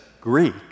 Greek